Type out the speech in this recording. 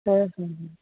হয় হয় হয়